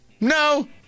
No